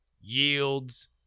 yields